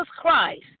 Christ